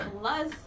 Plus